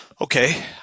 Okay